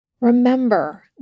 Remember